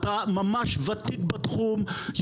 אתה ממש ותיק בתחום.